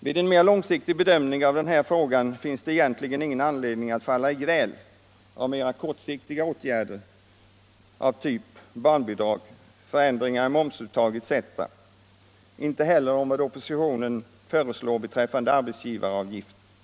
Vid en mer långsiktig bedömning av den här frågan finns det egentligen ingen anledning att falla i gräl om mer kortsiktiga åtgärder av typ barnbidrag, förändringar i momsuttag etc., inte heller om vad oppositionen föreslår beträffande arbetsgivaravgiften.